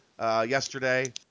yesterday